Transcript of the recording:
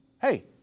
hey